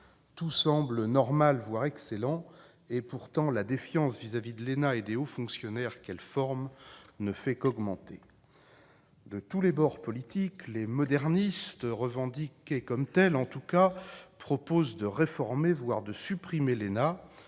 Tout semble normal, voire excellent. Pourtant, la défiance vis-à-vis de l'ENA et des hauts fonctionnaires qu'elle forme ne fait qu'augmenter. De tous les bords politiques, les « modernistes », en tout cas ceux qui se revendiquent comme tels, proposent de réformer, voire de supprimer l'ENA.